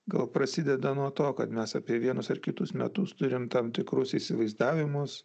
gal prasideda nuo to kad mes apie vienus ar kitus metus turim tam tikrus įsivaizdavimus